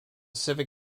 civic